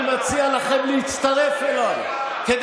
מי עצר אותך 14